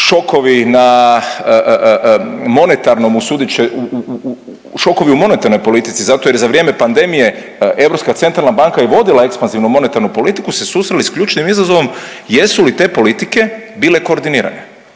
šokovi u monetarnoj politici zato jer za vrijeme pandemije Europska centralna banka i vodila ekspanzivnu monetarnu politiku su se susreli sa ključnim izazovom jesu li te politike bile koordinirane.